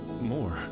more